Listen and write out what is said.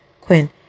Quinn